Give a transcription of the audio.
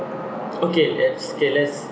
okay let's K let's